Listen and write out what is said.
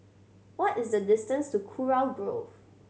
what is the distance to Kurau Grove